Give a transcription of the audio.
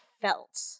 felt